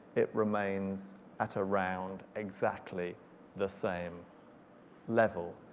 it remains at around exactly the same level.